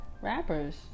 rappers